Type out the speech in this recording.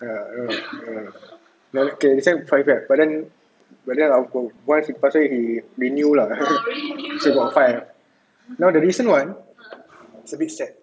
ya no no okay this [one] five cats but then but then once it's pass away dia new lah still got five now the recently one it's a bit sad